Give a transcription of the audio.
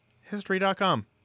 history.com